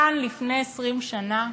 כאן, לפני 20 שנה,